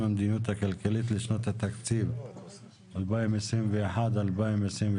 המדיניות הכלכלית לשנות התקציב 2021 ו-2022),